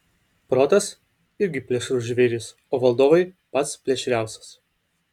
protas irgi plėšrus žvėris o valdovui pats plėšriausias